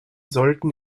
sollten